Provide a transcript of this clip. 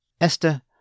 Esther